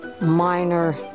minor